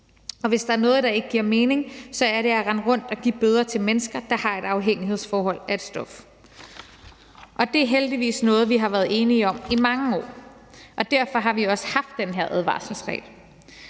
og hvis der er noget, der ikke giver mening, er det at rende rundt og give bøder til mennesker, der har et afhængighedsforhold af et stof. Det er heldigvis noget, vi har været enige om i mange år. Derfor har vi også haft den her advarselsregel.